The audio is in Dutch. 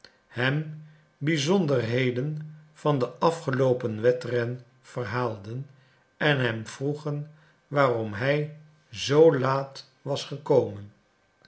hem bizonderheden van den afgeloopen wedren verhaalden en hem vroegen waarom hij zoo laat was gekomen